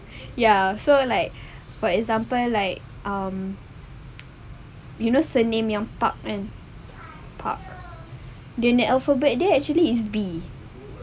ya so like for example like um you know surname yang park kan park dia punya alphabet dia actually is B